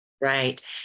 Right